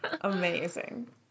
amazing